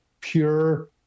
pure